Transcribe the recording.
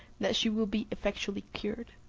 that she will be effectually cured.